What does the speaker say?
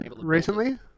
recently